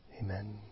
Amen